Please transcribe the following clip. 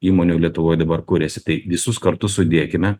įmonių lietuvoj dabar kuriasi tai visus kartu sudėkime